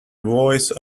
voice